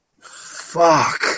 Fuck